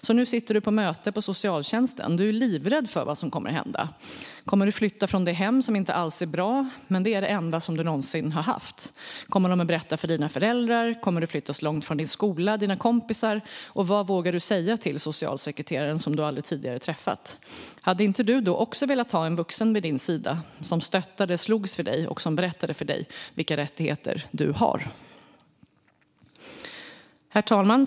Så nu sitter du på möte på socialtjänsten, och du är livrädd för vad som kommer att hända. Kommer du att flytta från det hem som inte alls är bra men som är det enda du någonsin har haft? Kommer de att berätta för dina föräldrar? Kommer du att flyttas långt från din skola och dina kompisar? Vad vågar du säga till socialsekreteraren som du aldrig tidigare har träffat? Hade inte du då också velat ha en vuxen vid din sida, som stöttade dig, slogs för dig och berättade för dig vilka rättigheter du har? Herr talman!